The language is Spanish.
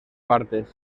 partes